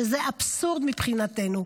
שזה אבסורד מבחינתנו,